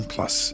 Plus